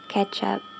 Ketchup